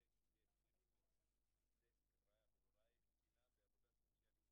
כי להרבה ישובים אין תקציב עבור מאצ'ינג כי הם בבעיות כלכליות.